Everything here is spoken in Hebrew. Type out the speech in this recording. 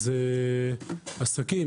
עסקים,